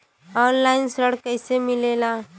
Online ऋण कैसे मिले ला?